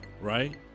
right